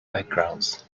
backgrounds